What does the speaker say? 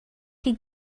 chi